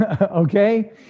okay